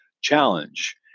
challenge